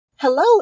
Hello